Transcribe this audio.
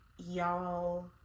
Y'all